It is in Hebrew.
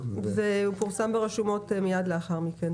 והוא פורסם ברשומות מיד לאחר מכן.